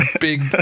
big